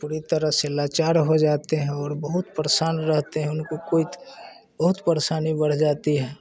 पूरी तरह से लाचार हो जाते हैं और बहुत परेशान रहते हैं उनको कोई बहुत परेशानी बढ़ जाती है